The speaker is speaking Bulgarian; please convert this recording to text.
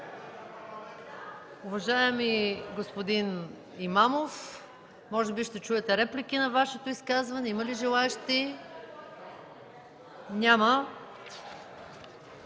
Уважаеми господин Имамов, може би ще чуете реплики на Вашето изказване. Има ли желаещи? Няма.